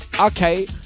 Okay